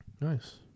nice